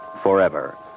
forever